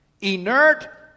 Inert